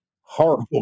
horrible